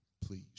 please